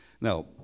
Now